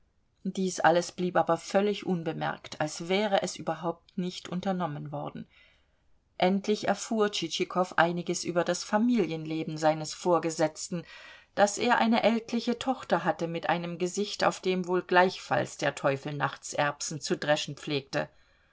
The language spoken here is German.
dies alles blieb aber völlig unbemerkt als wäre es überhaupt nicht unternommen worden endlich erfuhr tschitschikow einiges über das familienleben seines vorgesetzten daß er eine ältliche tochter hatte mit einem gesicht auf dem wohl gleichfalls der teufel nachts erbsen zu dreschen pflegte